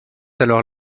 alors